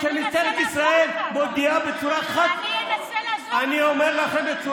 אבל אני אנסה לעזור לך.